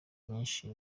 nyinshi